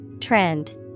Trend